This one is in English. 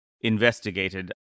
investigated